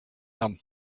them